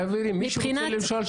מי שרוצה לשאול,